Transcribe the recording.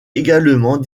également